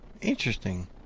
Interesting